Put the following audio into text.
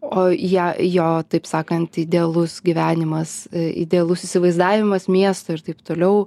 o ją jo taip sakant idealus gyvenimas idealus įsivaizdavimas miesto ir taip toliau